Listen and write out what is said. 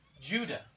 Judah